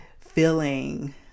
feeling